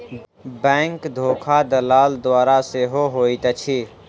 bank धोखा दलाल द्वारा सेहो होइत अछि